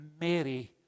Mary